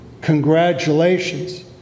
congratulations